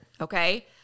okay